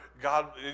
God